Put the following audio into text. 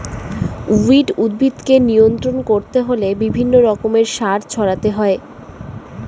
weed উদ্ভিদকে নিয়ন্ত্রণ করতে হলে বিভিন্ন রকমের সার ছড়াতে হয়